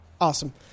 Awesome